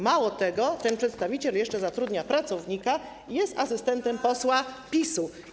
Mało tego, ten przedstawiciel jeszcze zatrudnia pracownika i jest asystentem posła PiS-u.